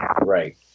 Right